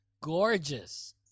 Gorgeous